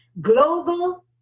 global